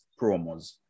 promos